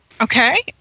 Okay